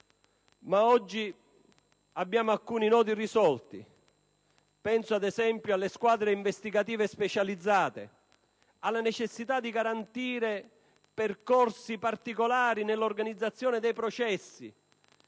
Ma oggi abbiamo alcuni nodi irrisolti. Penso, ad esempio, alle squadre investigative specializzate, alla necessità di garantire percorsi particolari nell'organizzazione dei processi,